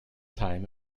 time